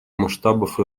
масштабов